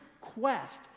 quest